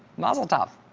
mazel tov!